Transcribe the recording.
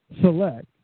select